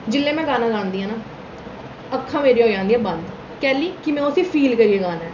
जेल्लै में गाना गांदी आं ना अक्खां मेरियां होई जंदियां बंद कैह्ली कि में उसी फील करियै गाना ऐ